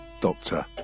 Doctor